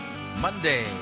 Monday